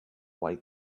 white